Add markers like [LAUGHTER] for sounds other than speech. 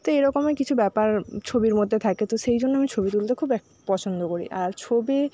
তো এরকমই কিছু ব্যাপার ছবির মধ্যে থাকে তো সেই জন্য আমি ছবি তুলতে খুব [UNINTELLIGIBLE] পছন্দ আর ছবি